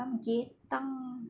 samgyetang